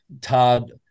Todd